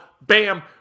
bam